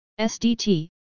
SDT